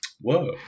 Whoa